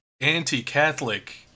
anti-Catholic